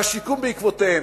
והשיקום בעקבותיו,